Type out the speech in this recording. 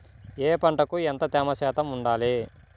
ఏ పంటకు ఎంత తేమ శాతం ఉండాలి?